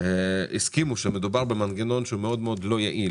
הסכימו שמדובר במנגנון שהוא לא יעיל,